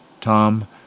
Tom